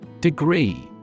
Degree